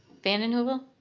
vanden heuvel.